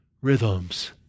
rhythms